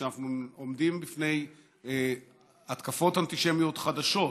כשאנחנו עומדים בפני התקפות אנטישמיות חדשות,